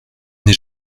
n’ai